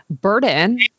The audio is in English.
burden